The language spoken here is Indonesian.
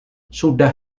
sudah